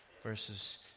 verses